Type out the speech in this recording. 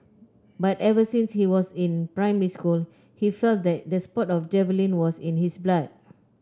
but ever since he was in primary school he felt that the sport of javelin was in his blood